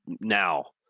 now